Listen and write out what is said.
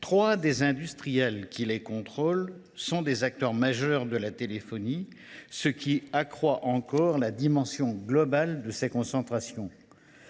Trois des industriels qui les contrôlent sont des acteurs majeurs de la téléphonie, ce qui accroît encore la dimension globale de ces concentrations.